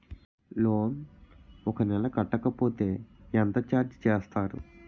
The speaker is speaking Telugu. లోన్ ఒక నెల కట్టకపోతే ఎంత ఛార్జ్ చేస్తారు?